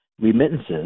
remittances